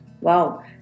Wow